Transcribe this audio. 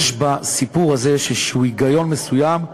יש בסיפור הזה איזה היגיון מסוים,